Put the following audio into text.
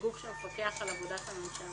כגוף שמפקח על עבודת הממשלה: